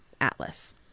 Atlas